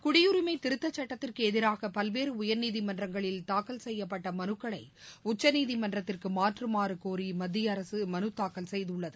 குடியுரிமைதிருத்தச்சட்டத்திற்குஎதிராகபல்வேறுஉயர்நீதிமன்றங்களில் தாக்கல் செய்யப்பட்டமனுக்களைஉச்சநீதிமன்றத்திற்குமாறுகோரிமத்தியஅரசுமனுதாக்கல் செய்துள்ளது